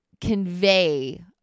convey